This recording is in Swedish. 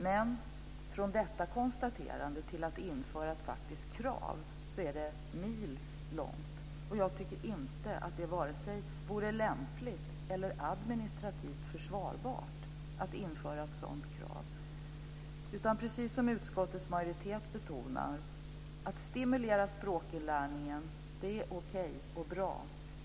Men från detta konstaterande till att införa ett faktiskt krav är det milslångt. Jag tycker inte att det vore vare sig lämpligt eller administrativt försvarbart att införa ett sådant krav. Precis som utskottets majoritet betonar är det okej och bra att stimulera språkinlärningen,